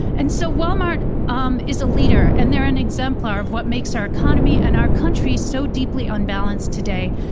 and so, walmart um is a leader and they're an exemplar of what makes our economy and our country so deeply unbalanced today.